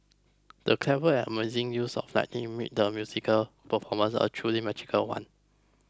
the clever and amazing use of lighting made the musical performance a truly magical one